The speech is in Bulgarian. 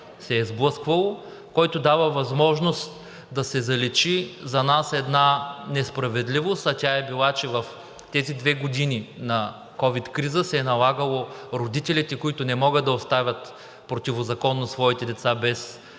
се е сблъсквало, който дава възможност да се заличи за нас една несправедливост, а тя е била, че в тези две години на ковид криза се е налагало родителите, които не могат да оставят противозаконно своите деца без родителски